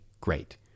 Great